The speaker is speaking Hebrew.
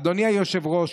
אדוני היושב-ראש,